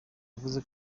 yavuze